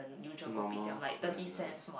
normal Korean noodles